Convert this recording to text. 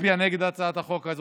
להצביע נגד הצעת החוק הזאת.